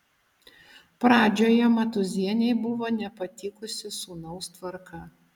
pradžioje matūzienei buvo nepatikusi sūnaus tvarka